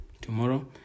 tomorrow